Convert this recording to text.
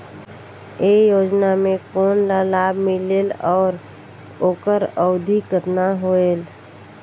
ये योजना मे कोन ला लाभ मिलेल और ओकर अवधी कतना होएल